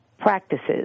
practices